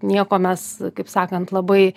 nieko mes kaip sakant labai